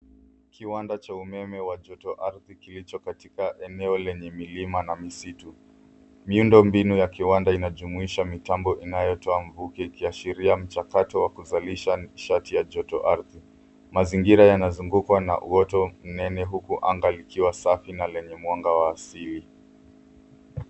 Kiwanda cha umeme wa joto ardhi kilicho katika eneo lenye milima na misitu. Miundo mbinu ya kiwanda inajumuisha mitambo inayotoa mvuke ikiashiria mchakato wakuzalisha nishati ya joto ardhi. Mazingira yanazungukwa na uoto mnene huku anga likiwa safi na lenye mwanga wa asili.